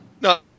no